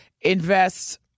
invest